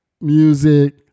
music